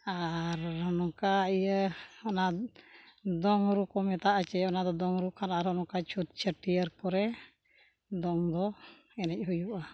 ᱟᱨ ᱱᱚᱝᱠᱟ ᱤᱭᱟᱹ ᱚᱱᱟ ᱫᱚᱝ ᱨᱩ ᱠᱚ ᱢᱮᱛᱟᱜᱼᱟ ᱥᱮ ᱚᱱᱟ ᱫᱚ ᱫᱚᱝ ᱨᱩ ᱠᱷᱟᱱ ᱟᱨᱦᱚᱸ ᱱᱚᱝᱠᱟ ᱪᱷᱩᱛ ᱪᱷᱟᱹᱴᱭᱟᱹᱨ ᱯᱚᱨᱮ ᱫᱚᱝ ᱫᱚ ᱮᱱᱮᱡ ᱦᱩᱭᱩᱜᱼᱟ